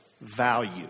value